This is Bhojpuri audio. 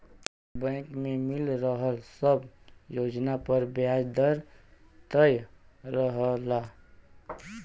बैंक में मिल रहल सब योजना पर ब्याज दर तय रहला